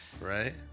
Right